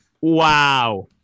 Wow